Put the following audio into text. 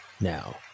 Now